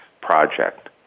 project